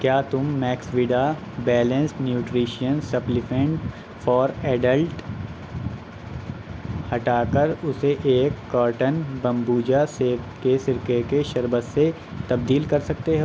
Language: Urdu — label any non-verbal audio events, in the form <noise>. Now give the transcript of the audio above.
کیا تم Max <unintelligible> balanced nutrition supplement for adult ہٹا کر اسے ایک کارٹن بمبوجا سیب کے سرکے کے شربت سے تبدیل کر سکتے ہو